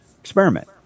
experiment